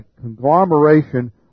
conglomeration